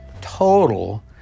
total